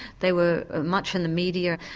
they were much in the media,